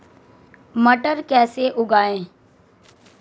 मटर कैसे उगाएं?